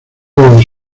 los